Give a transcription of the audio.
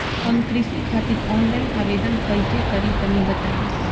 हम कृषि खातिर आनलाइन आवेदन कइसे करि तनि बताई?